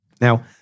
Now